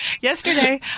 yesterday